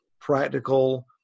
practical